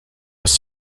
was